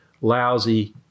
lousy